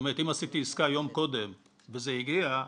אם עשיתי עסקה יום קודם וזה הגיע,